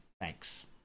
Thanks